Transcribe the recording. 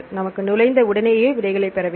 நமக்கு நுழைந்த உடனேயே விடைகளை பெற வேண்டும்